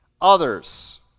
Others